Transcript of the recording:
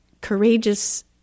courageous